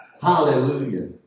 hallelujah